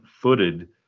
footed